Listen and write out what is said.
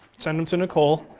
send them to nicole,